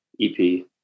EP